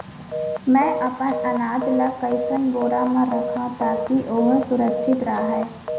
मैं अपन अनाज ला कइसन बोरा म रखव ताकी ओहा सुरक्षित राहय?